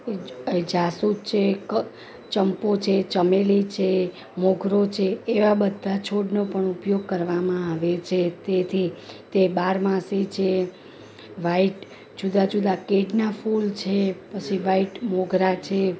જાસૂદ છે ચંપો છે ચમેલી છે મોગરો છે એવા બધા છોડનો પણ ઉપયોગ કરવામાં આવે છે તેથી તે બારમાસી છે વાઇટ જુદા જુદા કેટના ફૂલ છે પછી વાઇટ મોગરા છે